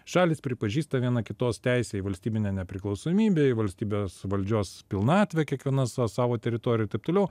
šalys pripažįsta viena kitos teisę į valstybinę nepriklausomybę į valstybės valdžios pilnatvę kiekviena sa savo teritorijoj taip toliau